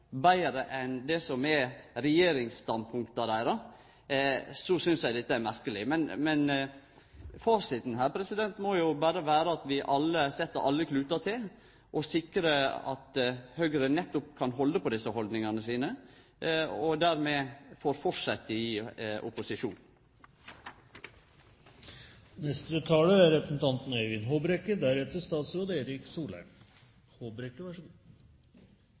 betre enn det som er regjeringsstandpunkta deira, synest eg dette er merkeleg. Men fasiten her må jo vere at vi alle set alle klutar til for å sikre at Høgre nettopp kan halde fast ved desse holdningane sine, og dermed får fortsetje i opposisjon. Formålet med den foreslåtte endringen av nødvergebestemmelsen i naturmangfoldloven er